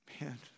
Man